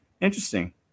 Interesting